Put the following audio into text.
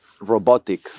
robotic